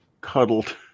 cuddled